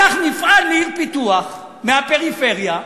לקח מפעל מעיר פיתוח, מהפריפריה,